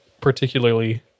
particularly